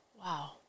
Wow